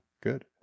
Good